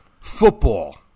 football